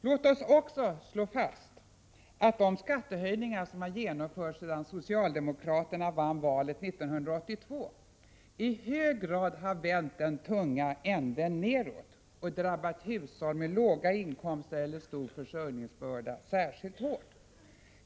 Låt oss dessutom slå fast att de skattehöjningar som genomförts sedan socialdemokraterna vann valet 1982 i hög grad har vänt den tunga änden nedåt och drabbat hushåll med låga inkomster eller stor försörjningsbörda särskilt hårt.